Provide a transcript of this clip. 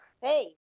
Hey